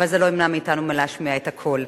אבל זה לא ימנע מאתנו מלהשמיע את הקול.